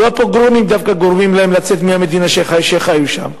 לא פוגרומים דווקא גורמים להם לצאת מהמדינה שחיו בה.